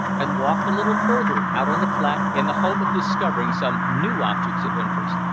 and walked a little further out on the flat in the hope of discovering some new objects of interest.